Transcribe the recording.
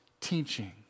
teaching